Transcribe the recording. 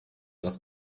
das